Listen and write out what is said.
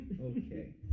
Okay